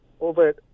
over